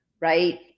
right